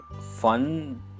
fun